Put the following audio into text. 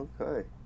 Okay